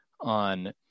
on